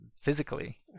physically